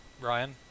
Ryan